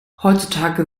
heutzutage